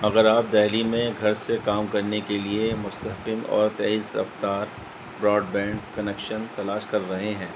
اگر آپ دہلی میں گھر سے کام کرنے کے لیے مستقل اور تیز رفتار براڈ بینڈ کنیکشن تلاش کر رہے ہیں